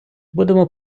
будемо